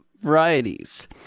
varieties